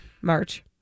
March